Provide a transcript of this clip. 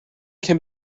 can